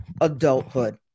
adulthood